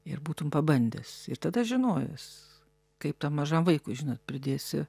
ir būtum pabandęs ir tada žinojęs kaip tam mažam vaikui žinot pridėsi